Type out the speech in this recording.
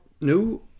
no